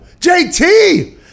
JT